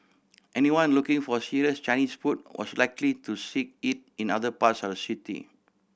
anyone looking for serious Chinese food was likely to seek it in other parts of city